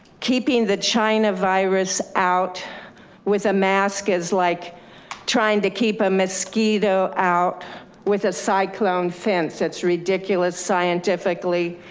keeping the china virus out with a mask is like trying to keep a mosquito out with a cyclone fence, it's ridiculous scientifically.